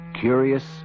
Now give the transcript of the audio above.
curious